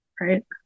right